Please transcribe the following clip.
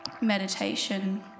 meditation